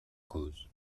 cause